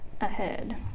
ahead